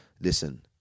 listen